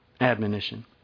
admonition